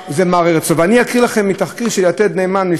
ואני אקריא לכם מתחקיר של "יתד נאמן" מלפני שלושה ימים,